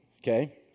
Okay